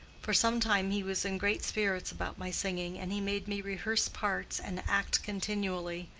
for some time he was in great spirits about my singing, and he made me rehearse parts and act continually.